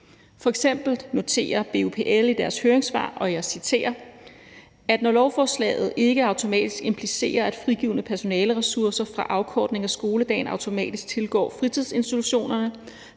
F.eks. noterer BUPL i deres høringssvar, og jeg citerer: Når lovforslaget ikke automatisk implicerer, at frigivne personaleressourcer fra afkortning af skoledagen automatisk tilgår fritidsinstitutionerne,